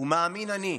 "מאמין אני,